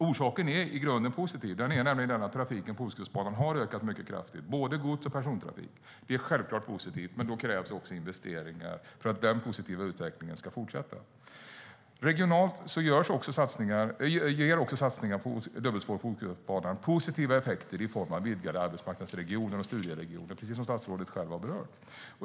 Orsaken är i grunden positiv, nämligen att trafiken på Ostkustbanan har ökat mycket kraftigt, både gods och persontrafik. Det är självklart positivt, men då krävs det investeringar för att den positiva utvecklingen ska fortsätta. Regionalt ger också satsningar på dubbelspår på Ostkustbanan positiva effekter i form av vidgade arbetsmarknadsregioner och studieregioner, precis som statsrådet själv sade.